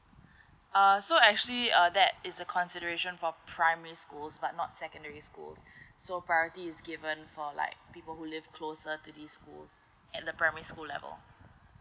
uh so actually uh that is a consideration for primary schools but not secondary school so priority is given for like people who live closer to this school in the primary school level